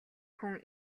хүн